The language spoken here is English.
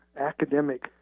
academic